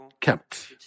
kept